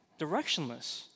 directionless